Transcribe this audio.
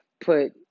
put